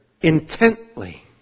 intently